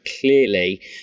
clearly